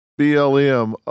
BLM